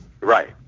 Right